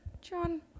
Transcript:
John